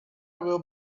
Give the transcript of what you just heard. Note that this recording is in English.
will